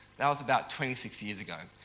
that was about twenty six years ago.